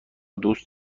دوست